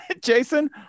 Jason